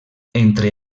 entre